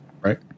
right